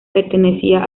pertenecía